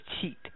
cheat